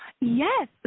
Yes